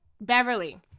beverly